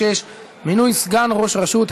36) (מינוי סגן ראש רשות),